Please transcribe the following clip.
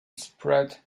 spread